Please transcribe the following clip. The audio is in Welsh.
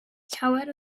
llawer